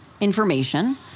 information